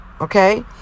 Okay